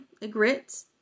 Agrit